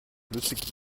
flüssig